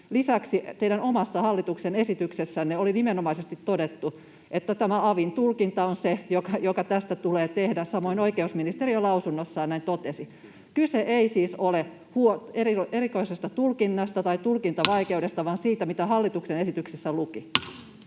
Lisäksi teidän omassa hallituksen esityksessänne oli nimenomaisesti todettu, että tämä avin tulkinta on se, joka tästä tulee tehdä. Samoin oikeusministeriö lausunnossaan näin totesi. Kyse ei siis ole erikoisesta tulkinnasta tai tulkintavaikeudesta, vaan siitä, mitä hallituksen esityksessä luki.